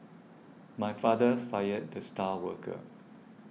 my father fired the star worker